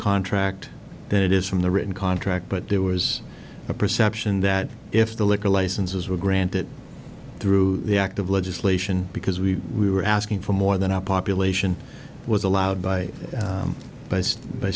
contract than it is from the written contract but there was a perception that if the liquor licenses were granted through the act of legislation because we we were asking for more than our population was allowed by